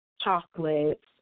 chocolates